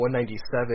197